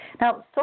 Now